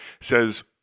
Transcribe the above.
says